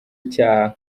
icyaha